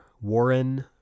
Warren